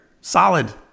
solid